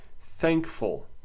thankful